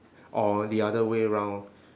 or the other way round